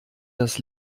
das